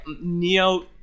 Neo